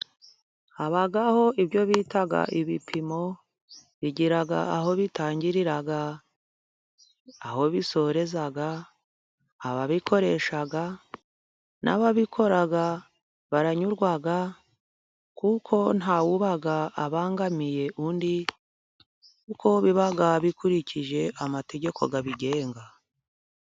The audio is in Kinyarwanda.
Habaho ibyo bita ibipimo bigira aho bitangirira aho bisoreza, ababikoresha n'ababikora baranyurwa kuko nta wuba abangamiye undi kuko biba bikurikije amategeko abigenga.